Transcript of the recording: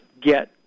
get